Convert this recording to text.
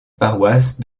paroisse